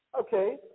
Okay